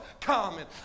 common